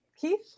Keith